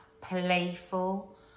playful